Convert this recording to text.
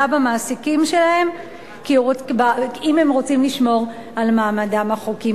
במעסיקים שלהם אם הם רוצים לשמור על מעמדם החוקי.